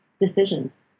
decisions